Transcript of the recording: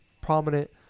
prominent